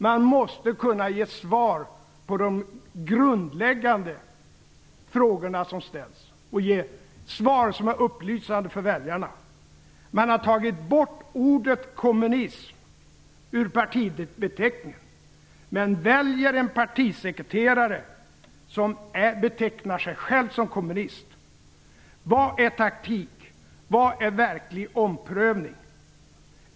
Man måste kunna ge svar på de grundläggande frågor som ställs, svar som är upplysande för väljarna. Man har tagit bort ordet kommunist från partibeteckningen men väljer en partisekreterare som betecknar sig själv som kommunist. Vad är taktik och vad är verklig omprövning?